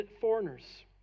foreigners